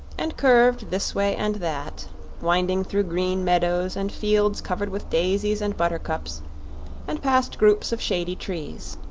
and curved this way and that winding through green meadows and fields covered with daisies and buttercups and past groups of shady trees.